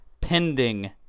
pending